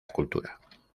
cultura